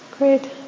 Great